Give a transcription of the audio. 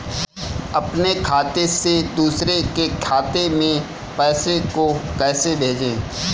अपने खाते से दूसरे के खाते में पैसे को कैसे भेजे?